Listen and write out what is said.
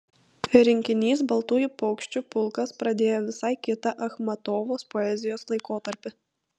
rinkinys baltųjų paukščių pulkas pradėjo visai kitą achmatovos poezijos laikotarpį